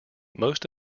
most